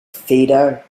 feeder